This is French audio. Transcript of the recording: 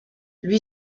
lui